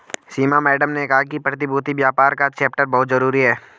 सीमा madam ने कहा कि प्रतिभूति व्यापार का चैप्टर बहुत जरूरी है